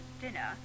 dinner